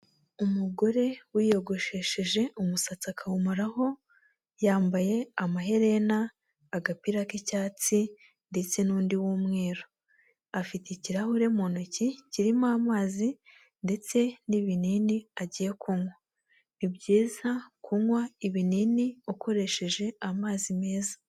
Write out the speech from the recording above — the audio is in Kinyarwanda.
Umugore wiyogoshesheje umusatsi akawumaraho, yambaye amaherena, agapira k'icyatsi ndetse n'undi w'umweru. Afite ikirahure mu ntoki kirimo amazi ndetse n'ibinini agiye kunywa. Ni byiza kunywa ibinini ukoresheje amazi meza.